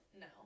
no